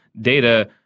data